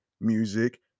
music